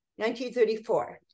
1934